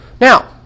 Now